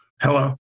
Hello